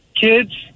kids